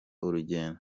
urugendo